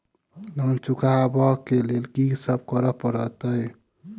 Loan चुका ब लैल की सब करऽ पड़तै?